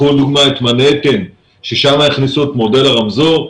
קחו לדוגמה את מנהטן שם הכניסו את מודל הרמזור.